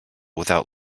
without